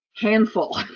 Handful